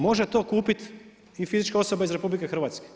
Može to kupiti i fizička osoba iz RH.